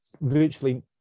virtually